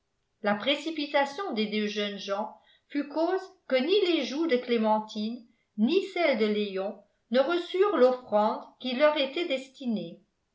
la précipitation des deux jeunes gens fut cause que ni les joues de clémentine ni celles de léon ne reçurent l'offrande qui leur était destinée